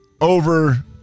over